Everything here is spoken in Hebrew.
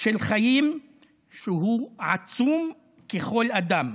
של חיים שהוא עצום כשל כל אדם